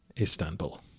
Istanbul